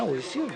הוא הסיר.